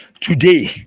today